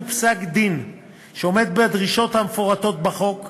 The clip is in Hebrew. פסק-דין שעומד בדרישות המפורטות בחוק,